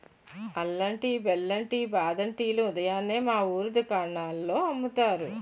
అల్లం టీ, బెల్లం టీ, బాదం టీ లు ఉదయాన్నే మా వూరు దుకాణాల్లో అమ్ముతారు